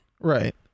Right